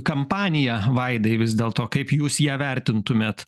kampanija vaidai vis dėlto kaip jūs ją vertintumėt